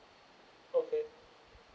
okay